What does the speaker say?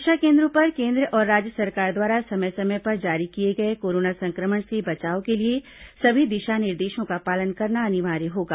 परीक्षा केन्द्रों पर केन्द्र और राज्य सरकार द्वारा समय समय पर जारी किए गए कोरोना संक्रमण से बचाव के लिए सभी दिशा निर्देशों का पालन करना अनिवार्य होगा